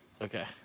Okay